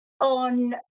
on